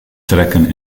trekken